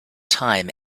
time